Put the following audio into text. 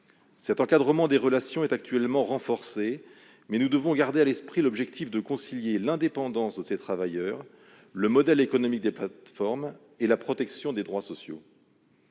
Cet encadrement des relations est actuellement renforcé, mais nous devons garder à l'esprit l'objectif de concilier l'indépendance de ces travailleurs, le modèle économique des plateformes et la protection des droits sociaux.